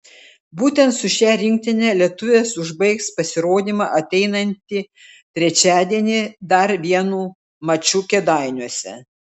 būtent su šia rinktine lietuvės užbaigs pasirodymą ateinantį trečiadienį dar vienu maču kėdainiuose